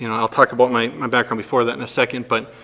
you know i'll talk about my my background before that in a second but